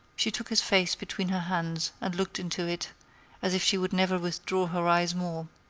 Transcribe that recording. she took his face between her hands and looked into it as if she would never withdraw her eyes more.